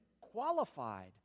qualified